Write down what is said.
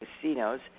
casinos